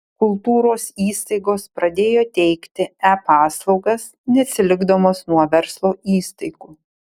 kultūros įstaigos pradėjo teikti e paslaugas neatsilikdamos nuo verslo įstaigų